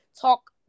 talk